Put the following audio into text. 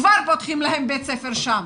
כבר פותחים להם בית ספר שם,